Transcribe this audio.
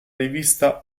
rivista